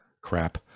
crap